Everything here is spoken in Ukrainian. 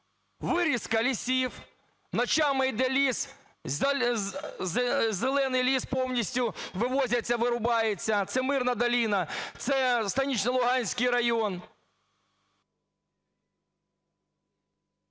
вирізка лісів. Ночами йде ліс, зелений ліс повністю вивозиться, вирубається, це мирна долина, це Станично-Луганський район…